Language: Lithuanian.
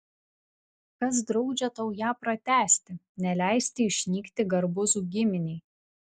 kas draudžia tau ją pratęsti neleisti išnykti garbuzų giminei